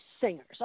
singers